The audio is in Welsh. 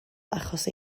achos